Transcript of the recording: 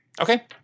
Okay